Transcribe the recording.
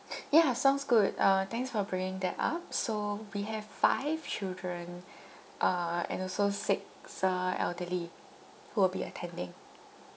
yeah sounds good uh thanks for bringing that up so we have five children uh and also six uh elderly who will be attending